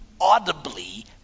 audibly